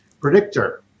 predictor